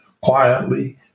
quietly